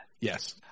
Yes